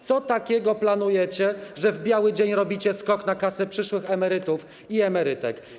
Co takiego planujecie, że w biały dzień robicie skok na kasę przyszłych emerytów i emerytek?